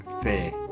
Fair